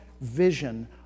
vision